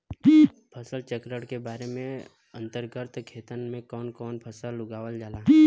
फसल चक्रण के अंतर्गत खेतन में कवन कवन फसल उगावल जाला?